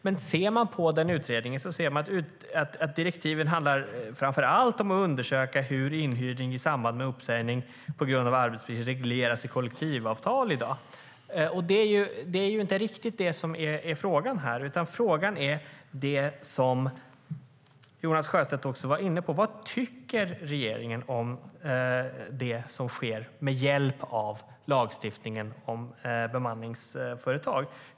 Men när man ser på den utredningen ser man att direktiven framför allt handlar om att undersöka hur inhyrning i samband med uppsägning på grund av arbetsbrist regleras i kollektivavtal i dag. Det är ju inte riktigt det som är frågan här, utan frågan är det som även Jonas Sjöstedt var inne på: Vad tycker regeringen om det som sker med hjälp av lagstiftningen om bemanningsföretag?